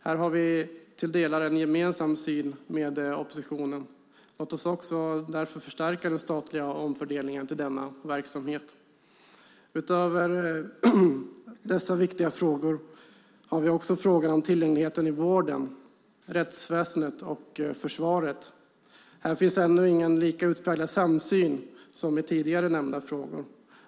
Här har vi till delar en gemensam syn inom oppositionen. Låt oss förstärka den statliga omfördelningen till denna verksamhet. Utöver dessa viktiga frågor har vi frågan om tillgängligheten i vården, rättsväsendet och försvaret. Här finns ännu ingen lika utpräglad samsyn som i tidigare nämnda frågor.